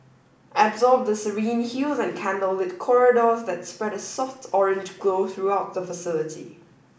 absorb the serene hues and candlelit corridors that spread a soft orange glow throughout the facility